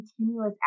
continuous